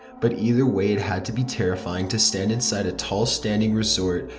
but either way it had to be terrifying to stand inside a tall standing resort,